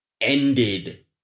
ended